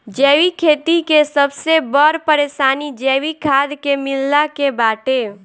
जैविक खेती के सबसे बड़ परेशानी जैविक खाद के मिलला के बाटे